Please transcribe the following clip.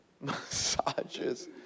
massages